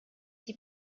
die